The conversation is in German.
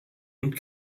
und